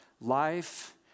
life